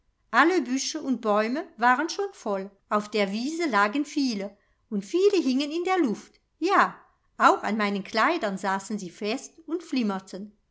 alle büsche und bäume waren schon voll auf der wiese lagen viele und viele hingen in der luft ja auch an meinen kleidern saßen sie fest und flimmerten